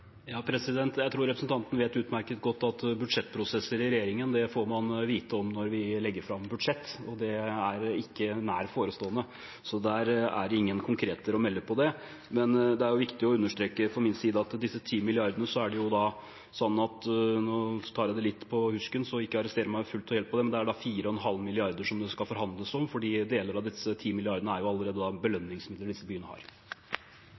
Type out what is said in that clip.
Jeg tror representanten vet utmerket godt at budsjettprosesser i regjeringen får man vite om når vi legger fram et budsjett, og det er ikke nært forestående. Så der er det ingen konkreter å melde om det. Men det er viktig å understreke fra min side at når det gjelder disse 10 mrd. kr, er det slik at – og nå tar jeg det litt på husken, så ikke arrester meg fullt og helt på det – det er 4,5 mrd. kr som det skal forhandles om, for deler av disse 10 mrd. kr er allerede belønningsmidler disse byene har.